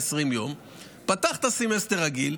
פתח את הסמסטר רגיל,